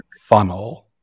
funnel